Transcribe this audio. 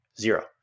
zero